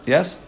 Yes